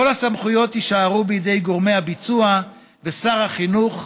כל הסמכויות יישארו בידי גורמי הביצוע ושר החינוך.